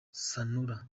sanura